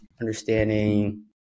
understanding